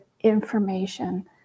information